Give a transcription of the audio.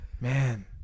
man